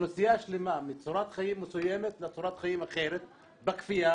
אוכלוסייה שלמה מצורת חיים מסוימת לצורת חיים אחרת בכפייה.